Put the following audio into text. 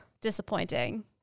disappointing